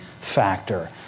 factor